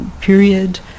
period